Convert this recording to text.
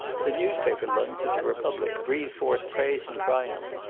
the newspaper lungs of the republic breathe forth praise and triumph,